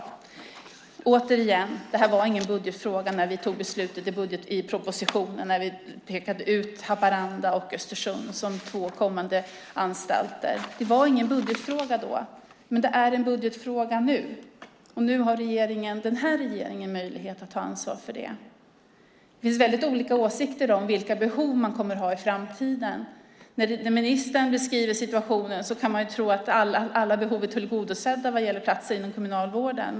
Jag vill återigen säga att detta inte var en budgetfråga när vi fattade beslut om budgetpropositionen och pekade ut Haparanda och Östersund som två kommande anstalter. Det var inte en budgetfråga då, men det är en budgetfråga nu. Nu har den här regeringen möjlighet att ta ansvar för det. Det finns väldigt olika åsikter om vilka behov man kommer att ha i framtiden. När ministern beskriver situationen kan man tro att alla behov är tillgodosedda när det gäller platser inom Kriminalvården.